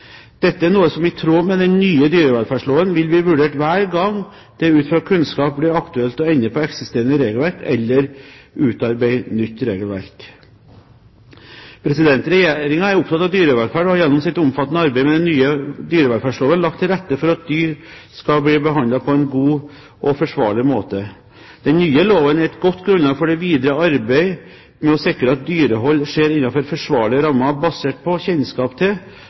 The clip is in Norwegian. Dette er noe som, i tråd med den nye dyrevelferdsloven, vil bli vurdert hver gang det ut fra ny kunnskap blir aktuelt å endre på eksisterende regelverk, eller utarbeide nytt regelverk. Regjeringen er opptatt av dyrevelferd, og har gjennom sitt omfattende arbeid med den nye dyrevelferdsloven lagt til rette for at dyr skal bli behandlet på en god og forsvarlig måte. Den nye loven er et godt grunnlag for det videre arbeid med å sikre at dyrehold skjer innenfor forsvarlige rammer, basert på kjennskap til